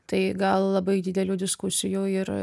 tai gal labai didelių diskusijų ir